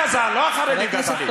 גזען, לך הצדה.